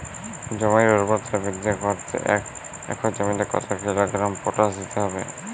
জমির ঊর্বরতা বৃদ্ধি করতে এক একর জমিতে কত কিলোগ্রাম পটাশ দিতে হবে?